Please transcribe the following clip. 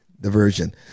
diversion